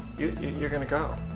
you're gonna go.